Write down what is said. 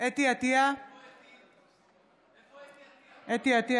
אינה נוכחת יצחק